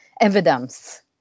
evidence